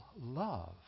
love